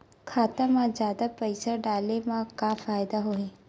खाता मा जादा पईसा डाले मा का फ़ायदा होही?